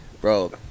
Bro